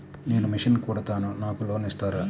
నేను మిషన్ కుడతాను నాకు లోన్ ఇస్తారా?